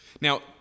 Now